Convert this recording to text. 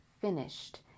finished